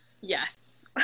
Yes